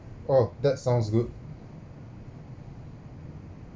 oh that sounds good